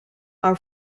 are